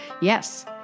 Yes